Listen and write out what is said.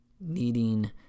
needing